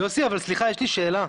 יוסי אבל סליחה יש לי שאלה,